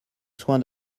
soin